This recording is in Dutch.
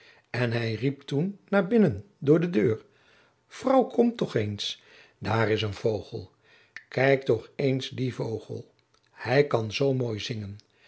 en hij riep toen naar binnen door de deur vrouw kom toch eens daar is een vogel kijk toch eens die vogel hij kan zoo mooi zingen